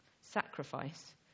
Sacrifice